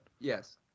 Yes